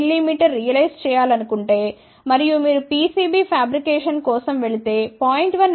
1 mm realise చేయాలనుకుంటే మరియు మీరు PCB ఫాబ్రికేషన్ కోసం వెళితే 0